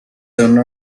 turned